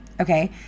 Okay